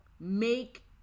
make